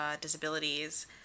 disabilities